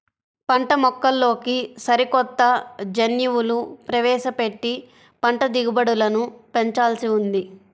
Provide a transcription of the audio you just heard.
పంటమొక్కల్లోకి సరికొత్త జన్యువులు ప్రవేశపెట్టి పంట దిగుబడులను పెంచాల్సి ఉంది